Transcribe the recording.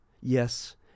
Yes